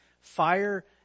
Fire